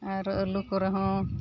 ᱟᱨ ᱟᱹᱞᱩ ᱠᱚᱨᱮᱦᱚᱸ